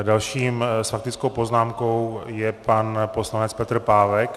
Dalším s faktickou poznámkou je pan poslanec Petr Pávek.